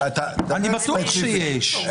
יש --- אני בטוח שיש.